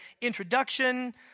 introduction